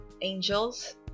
Angels